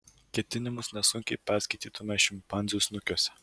ketinimus nesunkiai perskaitytume šimpanzių snukiuose